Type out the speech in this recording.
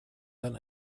dann